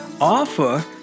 offer